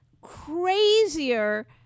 crazier